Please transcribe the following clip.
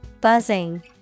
Buzzing